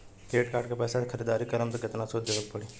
Credit card के पैसा से ख़रीदारी करम त केतना सूद देवे के पड़ी?